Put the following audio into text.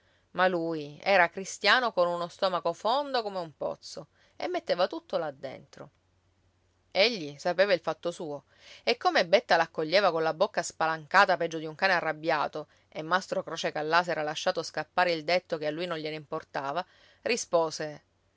ma lui era cristiano con uno stomaco fondo come un pozzo e metteva tutto là dentro egli sapeva il fatto suo e come betta l'accoglieva colla bocca spalancata peggio di un cane arrabbiato e mastro croce callà s'era lasciato scappare il detto che a lui non gliene importava rispose